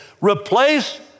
Replace